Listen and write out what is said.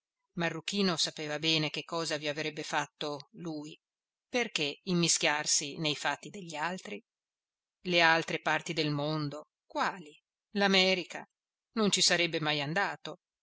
marruchino sapeva bene che cosa vi avrebbe fatto lui perché immischiarsi nei fatti degli altri le altre parti del mondo quali l'america non ci sarebbe mai andato